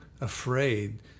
afraid